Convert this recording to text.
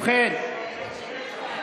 אבל הוא התפטר מהכנסת.